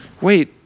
wait